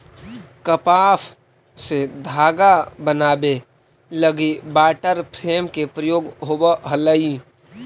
कपास से धागा बनावे लगी वाटर फ्रेम के प्रयोग होवऽ हलई